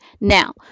Now